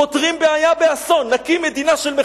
פותרים בעיה באסון: נקים מדינה של מחבלים,